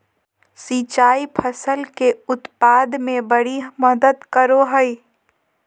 सिंचाई फसल के उत्पाद में बड़ी मदद करो हइ